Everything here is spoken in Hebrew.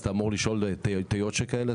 אתה אמור לשאול שאלות שכאלה?